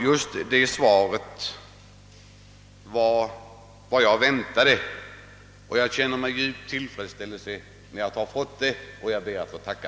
Just det svaret var vad jag väntade, och jag känner en djup tillfredsställelse över att jag fått det. Jag ber att få tacka.